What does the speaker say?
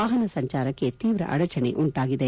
ವಾಹನ ಸಂಚಾರಕ್ಕೆ ತೀವ್ರ ಅಡಚಣೆ ಉಂಟಾಗಿದೆ